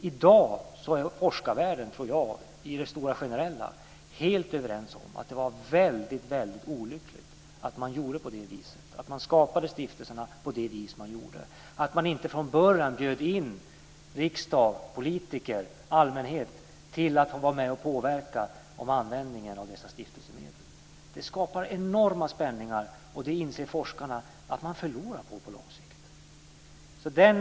I dag tror jag att forskarvärlden generellt är helt överens om att det var väldigt olyckligt att man gjorde på det sättet, att man skapade stiftelserna på det sätt som man gjorde och att man inte från början bjöd in riksdag, politiker och allmänhet att vara med och påverka användningen av dessa stiftelsemedel. Det skapar enorma spänningar, och det inser forskarna att man förlorar på på lång sikt.